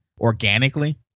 organically